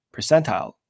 percentile